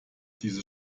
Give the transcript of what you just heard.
diese